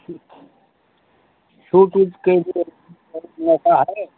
ठीक सूट ऊट के लिए है